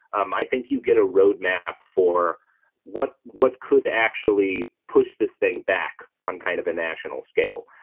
um, i think you get a roadmap for what what could actually push this thing back on kind of a national scale?